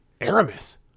aramis